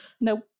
Nope